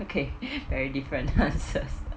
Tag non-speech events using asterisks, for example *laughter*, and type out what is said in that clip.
okay *breath* very different answers *noise* ah